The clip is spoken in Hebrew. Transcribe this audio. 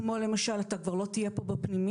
כמו למשל - אתה כבר לא תהיה פה בפנימייה,